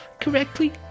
correctly